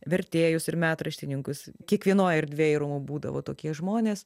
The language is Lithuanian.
vertėjus ir metraštininkus kiekvienoj erdvėj rūmų būdavo tokie žmonės